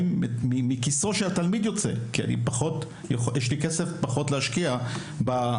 הם מכיסו של התלמיד יוצא כי יש לי פחות כסף להשקיע בתלמידים.